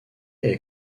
est